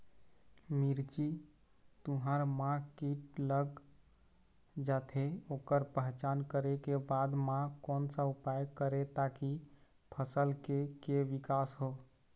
मिर्ची, तुंहर मा कीट लग जाथे ओकर पहचान करें के बाद मा कोन सा उपाय करें ताकि फसल के के विकास हो?